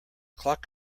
clock